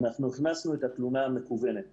אנחנו הכנסנו את התלונה המקוונת,